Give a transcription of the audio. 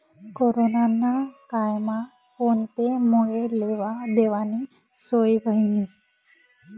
corona ना कायमा phone पे मुये लेवा देवानी सोय व्हयनी